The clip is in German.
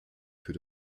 für